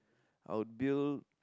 I would build